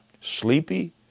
sleepy